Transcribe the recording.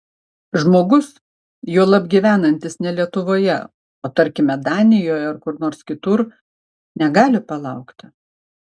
žmogus juolab gyvenantis ne lietuvoje o tarkime danijoje ar kur nors kitur negali palaukti